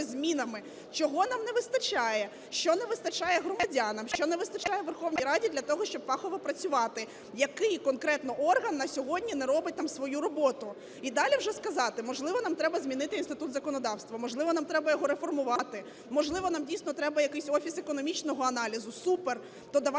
змінами, чого нам не вистачає, що не вистачає громадянам, що не вистачає Верховній Раді для того, щоб фахово працювати, який конкретно орган на сьогодні не робить там свою роботу. І далі вже сказати, можливо, нам треба змінити Інститут законодавства, можливо, нам треба його реформувати, можливо, нам, дійсно, треба якийсь офіс економічного аналізу. Супер! То давайте